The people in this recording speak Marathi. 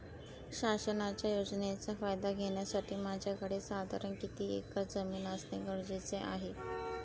शासनाच्या योजनेचा फायदा घेण्यासाठी माझ्याकडे साधारण किती एकर जमीन असणे गरजेचे आहे?